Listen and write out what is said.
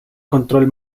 control